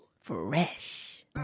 Fresh